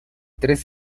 tres